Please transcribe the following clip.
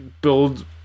build